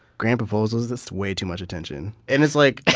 grand proposals? that's way too much attention. and it's like,